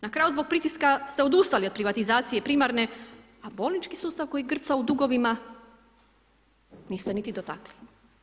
Na kraju zbog pritiska ste odustali od privatizacije primarne a bolnički sustav koji grca u dugovima, niste niti dotakli.